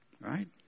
Right